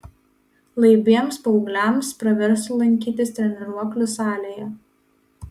laibiems paaugliams praverstų lankytis treniruoklių salėje